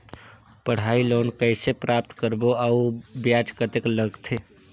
पढ़ाई लोन कइसे प्राप्त करबो अउ ब्याज कतेक लगथे?